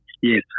Yes